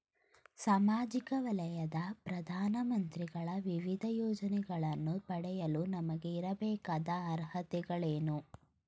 ಸಾಮಾಜಿಕ ವಲಯದ ಪ್ರಧಾನ ಮಂತ್ರಿಗಳ ವಿವಿಧ ಯೋಜನೆಗಳನ್ನು ಪಡೆಯಲು ನನಗೆ ಇರಬೇಕಾದ ಅರ್ಹತೆಗಳೇನು?